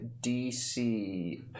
DC